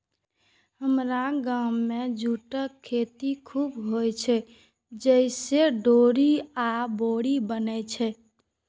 हमरा गाम मे जूटक खेती खूब होइ छै, जइसे डोरी आ बोरी बनै छै